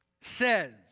says